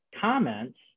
comments